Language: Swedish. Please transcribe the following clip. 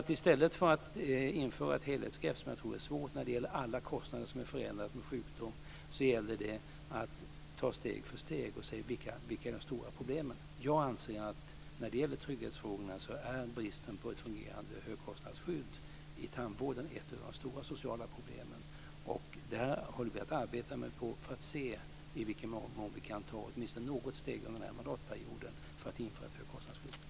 I stället för att införa ett helhetsgrepp, som jag tror är svårt, när det gäller alla kostnader som är förenade med sjukdom, gäller det att ta steg för steg och se vilka de stora problemen är. Jag anser att när det gäller trygghetsfrågorna är bristen på ett fungerande högkostnadsskydd i tandvården ett av de stora sociala problemen. Vi har börjat arbeta med det för att se i vilken mån vi kan ta åtminstone något steg under den här mandatperioden för att införa ett högkostnadsskydd.